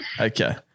Okay